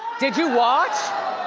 did you watch?